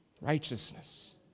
righteousness